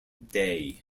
day